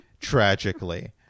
tragically